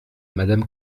madame